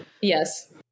Yes